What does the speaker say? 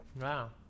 wow